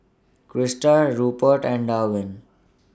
Crysta Rupert and Darwin